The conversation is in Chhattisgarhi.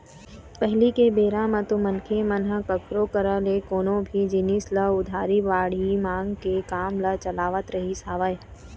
पहिली के बेरा म तो मनखे मन ह कखरो करा ले कोनो भी जिनिस ल उधारी बाड़ही मांग के काम ल चलावत रहिस हवय